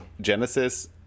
Genesis